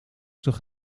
toch